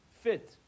fit